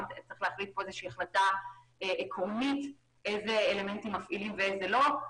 צריך להחליט פה החלטה עקרונית איזה אלמנטים מפעילים ואיזה לא.